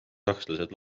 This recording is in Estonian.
sakslased